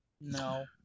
No